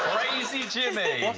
crazy jimmy!